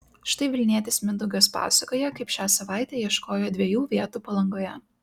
štai vilnietis mindaugas pasakoja kaip šią savaitę ieškojo dviejų vietų palangoje